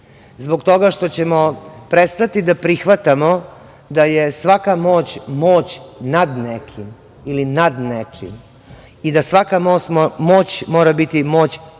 Zbog toga što ćemo prestati da prihvatamo da je svaka moć moć nad nekim ili nad nečim i da svaka moć mora biti moć za